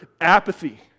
apathy